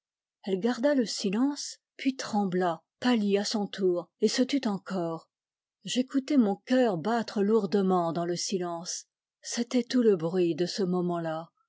elle garda le silence puis trembla pâlit à son tour et se tut encore j'écoutais mon cœur battre lourdement dans le silence c'était tout le bruit de ce moment-là